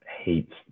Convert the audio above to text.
hates